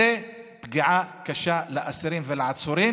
זו פגיעה קשה באסירים ובעצורים,